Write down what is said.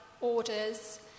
orders